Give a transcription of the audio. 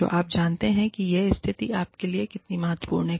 और आप जानते हैं कि यह स्थिति आपके लिए कितनी महत्वपूर्ण है